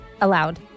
allowed